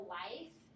life